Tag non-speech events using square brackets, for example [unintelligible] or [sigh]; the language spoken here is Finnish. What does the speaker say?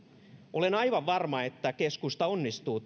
olen aivan varma että keskusta onnistuu [unintelligible]